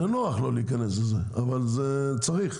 זה נוח לא להיכנס לזה אבל זה צריך.